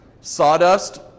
Sawdust